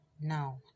now